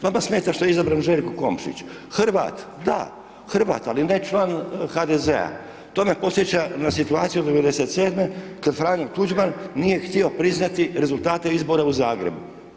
Vama smeta što je izabran Željko Komšić, Hrvat, da, Hrvat, ali ne član HDZ-a, to me podsjeća na situaciju '97., kad Franjo Tuđman nije htio priznati rezultate izbora u Zagrebu.